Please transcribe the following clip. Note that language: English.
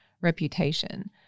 reputation